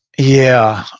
yeah,